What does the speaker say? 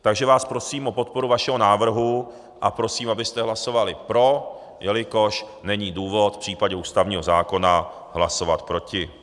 Takže vás prosím o podporu našeho návrhu a prosím, abyste hlasovali pro, jelikož není důvod v případě ústavního zákona hlasovat proti.